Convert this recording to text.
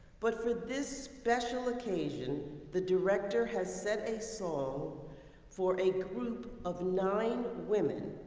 but for this special occasion, the director has set a song for a group of nine women,